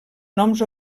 noms